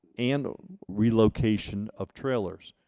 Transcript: and relocation of, trailers.